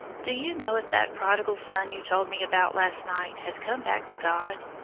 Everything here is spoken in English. do you know if that prodigal son you told me about last night has come back to god?